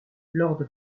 lord